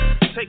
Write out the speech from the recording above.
Take